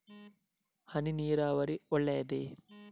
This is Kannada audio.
ಹನಿ ನೀರಾವರಿ ಒಳ್ಳೆಯದೇ?